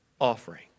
Offering